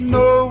no